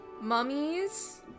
mummies